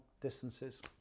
distances